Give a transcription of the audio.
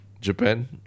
Japan